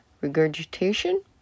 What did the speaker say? Regurgitation